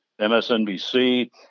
MSNBC